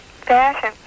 fashion